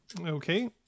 okay